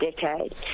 decade